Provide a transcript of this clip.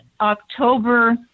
October